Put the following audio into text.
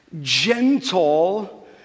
gentle